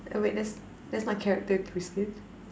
oh wait that that's not character